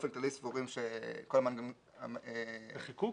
בחיקוק?